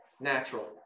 Natural